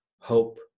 hope